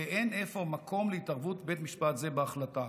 ואין אפוא מקום להתערבות בית משפט זה בהחלטה"